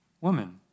Woman